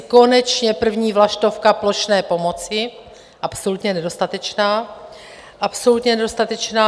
Konečně první vlaštovka plošné pomoci, absolutně nedostatečná, absolutně nedostatečná!